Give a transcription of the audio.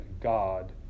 God